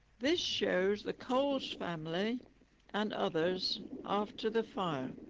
this shows the coles family and others after the fire